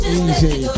easy